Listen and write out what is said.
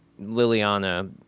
Liliana